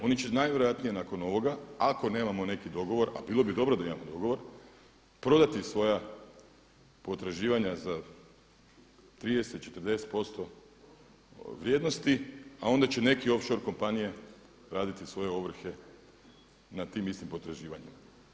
Oni će najvjerojatnije nakon ovoga, ako nemamo neki dogovor, a bilo bi dobro da imamo dogovor, prodati svoja potraživanja za 30, 40 posto vrijednosti, a onda će neke off shore kompanije raditi svoje ovrhe na tim istim potraživanjima.